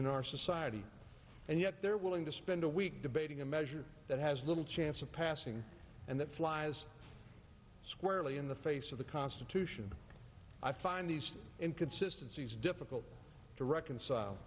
in our society and yet they're willing to spend a week debating a measure that has little chance of passing and that flies squarely in the face of the constitution i find these inconsistency is difficult to reconcile